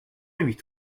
huit